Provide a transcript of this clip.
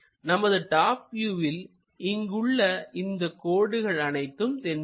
நமது டாப் வியூவில் இங்கு உள்ள இந்தக் கோடுகள் அனைத்தும் தென்படும்